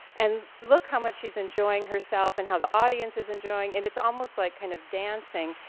and look how much she's enjoying herself and how the audience is enjoying, and it's almost like kind of dancing,